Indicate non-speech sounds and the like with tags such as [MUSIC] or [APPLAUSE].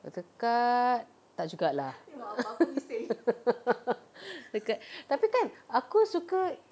dekat tak juga lah [LAUGHS] dekat tapi kan aku suka